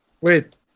Wait